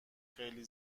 خیلی